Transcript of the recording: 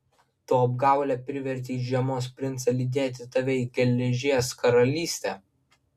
tu apgaule privertei žiemos princą lydėti tave į geležies karalystę